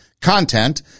content